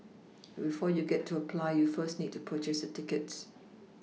but before you get to apply you first need to purchase your tickets